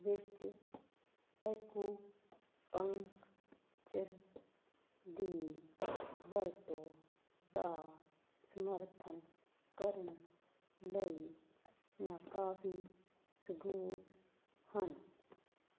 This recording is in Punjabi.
ਵਿੱਚ ਐਕੂਪੰਕਚਰ ਦੀ ਵਰਤੋਂ ਦਾ ਸਮਰਥਨ ਕਰਨ ਲਈ ਨਾਕਾਫੀ ਸਬੂਤ ਹਨ